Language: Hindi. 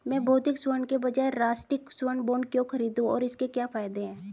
मैं भौतिक स्वर्ण के बजाय राष्ट्रिक स्वर्ण बॉन्ड क्यों खरीदूं और इसके क्या फायदे हैं?